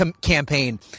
campaign